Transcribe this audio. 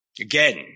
Again